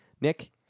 Nick